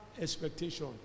expectation